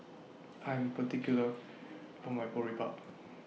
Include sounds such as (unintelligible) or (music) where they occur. I Am particular (unintelligible) My Boribap